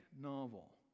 novel